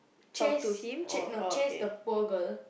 chase ch~ no chase the poor girl